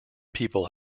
people